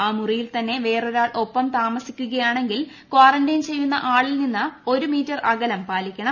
ആ മുറിയിൽ തന്നെ വേറൊരാൾ ഒപ്പം താമസിക്കുകയാണെങ്കിൽ കാറന്റൈൻ ചെയ്യുന്ന ആളിൽ നിന്ന് ഒരു മീറ്റർ അകലം പാലിക്കണം